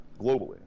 globally